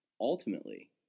ultimately